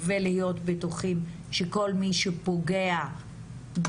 כמי שמתעסק שנושאים האלה,